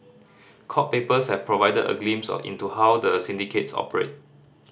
court papers have provided a glimpse into how the syndicates operate